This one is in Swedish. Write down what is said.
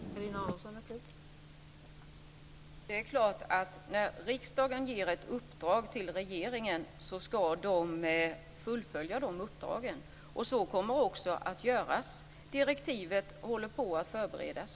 Fru talman! Det är klart att när riksdagen ger ett uppdrag till regeringen, ska regeringen fullfölja uppdragen. Så kommer också att ske. Direktiven håller på att förberedas.